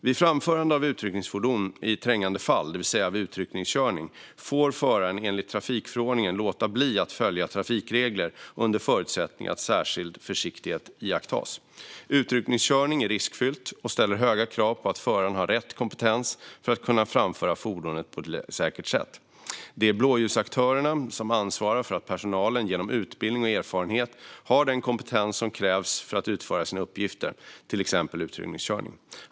Vid framförande av utryckningsfordon i trängande fall, det vill säga vid utryckningskörning, får föraren enligt trafikförordningen låta bli att följa trafikregler under förutsättning att särskild försiktighet iakttas. Utryckningskörning är riskfyllt och ställer höga krav på att föraren har rätt kompetens för att kunna framföra fordonet på ett säkert sätt. Det är blåljusaktörerna som ansvarar för att personalen genom utbildning och erfarenhet har den kompetens som krävs för att utföra sina uppgifter, till exempel utryckningskörning.